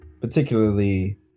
particularly